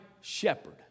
shepherd